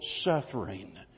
suffering